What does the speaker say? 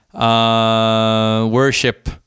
worship